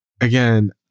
Again